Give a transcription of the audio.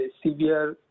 severe